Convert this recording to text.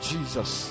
Jesus